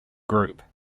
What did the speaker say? group